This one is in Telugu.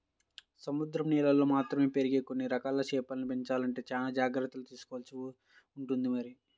సముద్రం నీళ్ళల్లో మాత్రమే పెరిగే కొన్ని రకాల చేపల్ని పెంచాలంటే చానా జాగర్తలు తీసుకోవాల్సి ఉంటుంది మరి